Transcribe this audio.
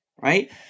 right